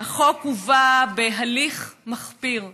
החוק הובא בהליך מחפיר פה,